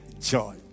joy